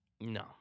No